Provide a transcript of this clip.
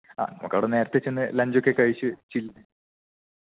ആ നമുക്കവിടെ നേരത്തെ ചെന്ന് ലഞ്ച് ഒക്കെ കഴിച്ച് ചിൽ